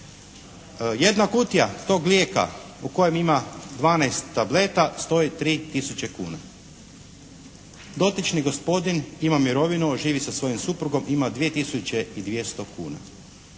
Jedna kutija tog lijeka u kojem ima 12 tableta stoji 3 tisuće kuna. Dotični gospodin ima mirovinu, živi sa svojom suprugom, ima 2 tisuće